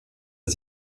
ist